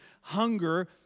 hunger